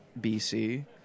BC